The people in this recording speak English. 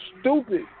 stupid